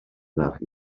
ferch